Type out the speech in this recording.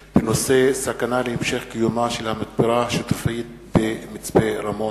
בנושא: סכנה להמשך קיומה של המתפרה השיתופית במצפה-רמון,